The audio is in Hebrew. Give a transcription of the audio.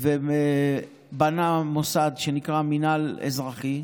ובנה מוסד שנקרא מינהל אזרחי,